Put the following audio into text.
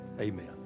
amen